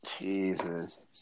Jesus